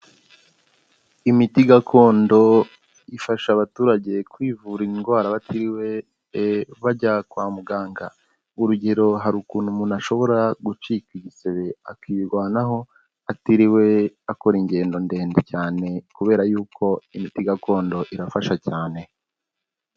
Imiti gakondo ifasha abaturage kwivura indwara batiriwe bajya kwa muganga. Urugero hari ukuntu umuntu ashobora gucika igisebe akirwanaho, atiriwe akora ingendo ndende cyane kubera yuko imiti gakondo irafasha cyane.